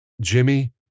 Jimmy